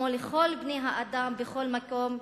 כמו לכל בני-האדם בכל מקום,